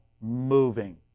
moving